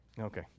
Okay